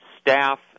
staff